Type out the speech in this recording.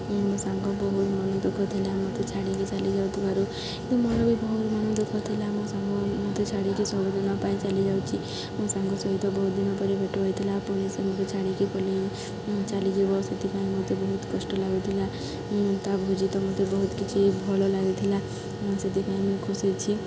ମୋ ସାଙ୍ଗ ବହୁତ ମନ ଦୁଃଖ ଥିଲା ମୋତେ ଛାଡ଼ିକି ଚାଲି ଯାଉଥିବାରୁ କିନ୍ତୁ ମୋର ବି ବହୁତ ମନ ଦୁଃଖ ଥିଲା ମୋ ସାଙ୍ଗ ମୋତେ ଛାଡ଼ିକି ସବୁଦିନ ପାଇଁ ଚାଲିଯାଉଛି ମୋ ସାଙ୍ଗ ସହିତ ବହୁତ ଦିନ ପରେ ଭେଟ ହୋଇଥିଲା ପୁଣି ସେ ଆମକୁ ଛାଡ଼ିକି ପଳାଇ ଚାଲିଯିବ ସେଥିପାଇଁ ମୋତେ ବହୁତ କଷ୍ଟ ଲାଗୁଥିଲା ତା ଭୋଜି ତ ମୋତେ ବହୁତ କିଛି ଭଲ ଲାଗୁଥିଲା ସେଥିପାଇଁ ମୁଁ ଖୁସି ଅଛି